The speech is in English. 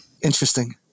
Interesting